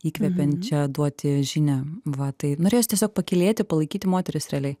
įkvepiančią duoti žinią va tai norėjosi tiesiog pakylėti palaikyti moteris realiai